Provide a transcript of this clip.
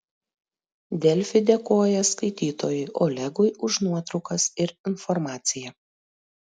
delfi dėkoja skaitytojui olegui už nuotraukas ir informaciją